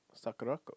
Sakurako